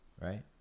right